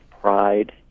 pride